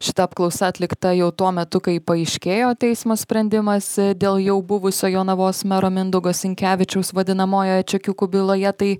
šita apklausa atlikta jau tuo metu kai paaiškėjo teismo sprendimas dėl jau buvusio jonavos mero mindaugo sinkevičiaus vadinamojoj čekiukų byloje tai